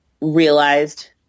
realized